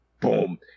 Boom